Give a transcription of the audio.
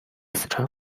四川